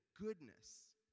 goodness